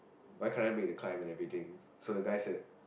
why can't I make the climb and everything so the guy said